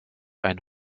ein